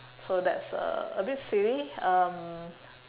so that's uh a bit silly um